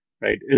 Right